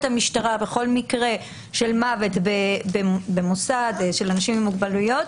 המשטרה בכל מקרה של מוות במוסד של אנשים עם מוגבלויות,